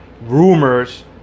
rumors